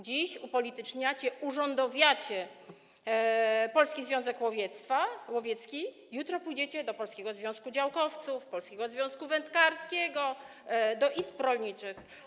Dziś upolityczniacie, urządowiacie Polski Związek Łowiecki, jutro pójdziecie do Polskiego Związku Działkowców, Polskiego Związku Wędkarskiego, do izb rolniczych.